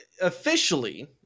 officially